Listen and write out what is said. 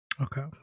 Okay